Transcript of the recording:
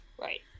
right